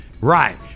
right